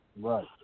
right